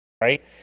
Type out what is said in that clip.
right